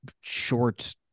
short